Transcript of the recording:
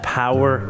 power